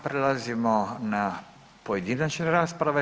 Prelazimo na pojedinačne rasprave.